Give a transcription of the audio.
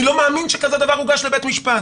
אני לא מאמין שדבר כזה הוגש לבית משפט.